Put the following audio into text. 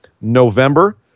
November